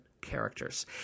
Characters